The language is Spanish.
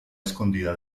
escondida